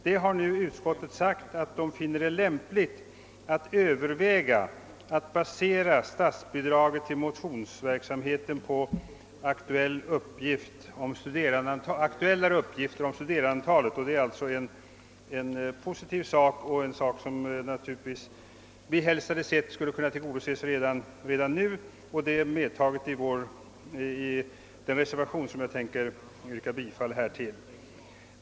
Nu har utskottet sagt att det finner det lämpligt att överväga att basera statsbidraget till motionsverksamheten på aktuellare uppgifter om studerandeantalet. Det är alltså en positiv sak. Vi skulle naturligtvis helst ha sett att önskemålet kunnat tillgodoses redan nu, och det är medtaget i den reservation som jag avser att yrka bifall till.